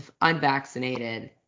unvaccinated